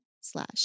slash